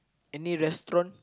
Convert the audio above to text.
any restaurant